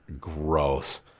gross